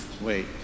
Wait